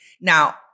Now